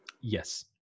yes